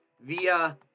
via